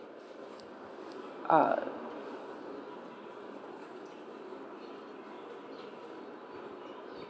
uh